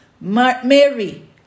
Mary